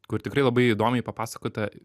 kur tikrai labai įdomiai papasakota